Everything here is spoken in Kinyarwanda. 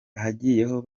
hagiyeho